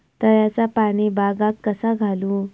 तळ्याचा पाणी बागाक कसा घालू?